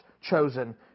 chosen